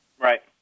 Right